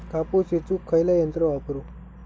कापूस येचुक खयला यंत्र वापरू?